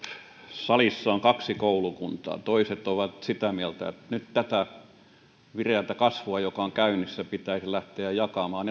salissa on kaksi koulukuntaa toiset ovat sitä mieltä että nyt tätä vireätä kasvua joka on käynnissä pitäisi lähteä jakamaan